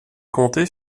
compter